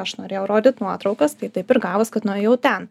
aš norėjau rodyt nuotraukas tai taip ir gavos kad nuėjau ten